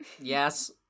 Yes